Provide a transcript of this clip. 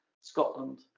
Scotland